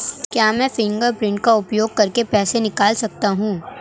क्या मैं फ़िंगरप्रिंट का उपयोग करके पैसे निकाल सकता हूँ?